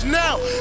now